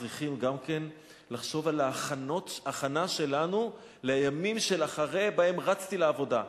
צריכים גם כן לחשוב על ההכנה שלנו לימים שלאחרי הימים שבהם רצתי לעבודה.